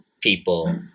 people